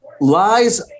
lies